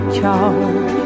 charge